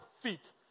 feet